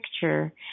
picture